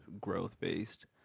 growth-based